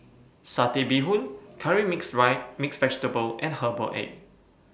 Satay Bee Hoon Curry Mixed Vegetable and Herbal Egg